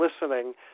listening